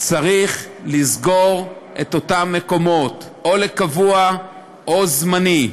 צריך לסגור את אותם מקומות, או קבוע או זמני.